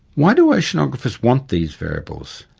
why do oceanographers want these variables,